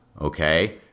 okay